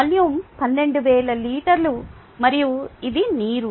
volume 12000 లీటర్లు మరియు ఇది నీరు